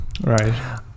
right